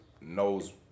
knows